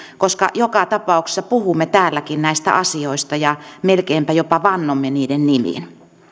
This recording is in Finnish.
koska joka tapauksessa puhumme täälläkin näistä asioista ja melkeinpä jopa vannomme niiden nimiin